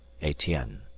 etienne.